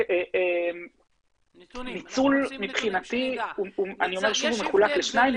ניצול מבחינתי מחולק לשניים,